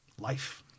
life